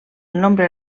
nombre